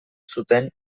zuten